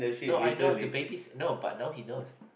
so I know the babies no but now he know